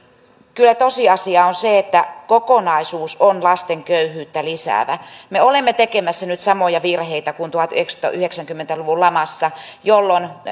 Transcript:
kyllä tosiasia on se että kokonaisuus on lasten köyhyyttä lisäävä me olemme tekemässä nyt samoja virheitä kuin tuhatyhdeksänsataayhdeksänkymmentä luvun lamassa jolloin